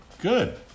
Good